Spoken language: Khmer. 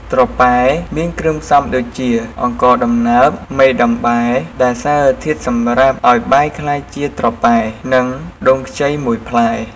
ត្រប៉ែមានគ្រឿងផ្សំដូចជា អង្ករដំណើប មេដំបែ ដែលសារធាតុសម្រាប់ឱ្យបាយកា្លយជាត្រប៉ែ និងដូងខ្ចីមួយផ្លែ។